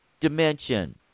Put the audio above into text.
dimension